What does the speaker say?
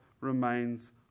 remains